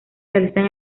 realizan